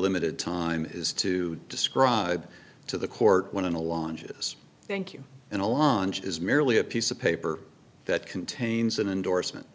limited time is to describe to the court one of the launches thank you and a launch is merely a piece of paper that contains an endorsement